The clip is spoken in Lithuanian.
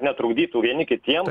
netrukdytų vieni kitiem